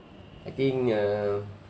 I think uh